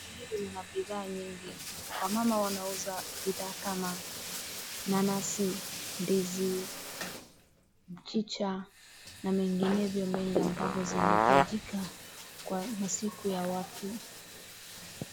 Soko hii ina bidhaa nyingi wamama wanauza bidhaa kama nanasi , ndizi ,mchicha na mengineyo mengi ambayo zinaitajika kwa masiku ya watu.